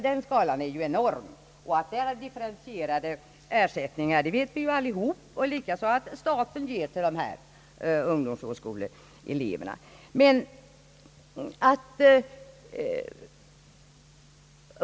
Den skalan är enorm, och vi vet alla att ersättningarna är differentierade; likaså att staten ger anslag när det gäller ungdomsvårdsskoleeleverna.